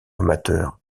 amateur